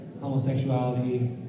homosexuality